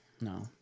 No